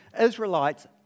Israelites